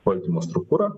valdymo struktūrą